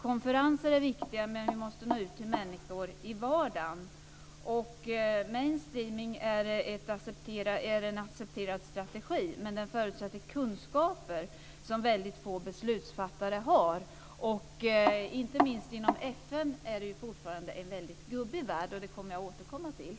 Konferenser är viktiga, men vi måste nå ut till människor i vardagen. Mainstreaming är en accepterad strategi, men den förutsätter kunskaper som väldigt få beslutsfattare har. Inte minst inom FN är det fortfarande en väldigt gubbig värld.